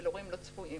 של אירועים לא צפויים,